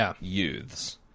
youths